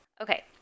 Okay